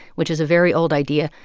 which is a very old idea,